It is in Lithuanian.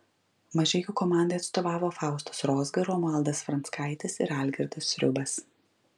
mažeikių komandai atstovavo faustas rozga romualdas franckaitis ir algirdas sriubas